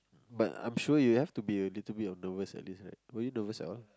but I'm sure you have to be a little bit of nervous at least right were you nervous at all